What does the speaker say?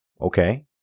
Okay